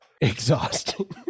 Exhausting